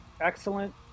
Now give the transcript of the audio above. excellent